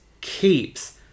keeps